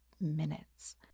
minutes